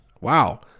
Wow